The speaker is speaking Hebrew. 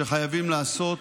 שחייבים לעשות